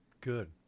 Good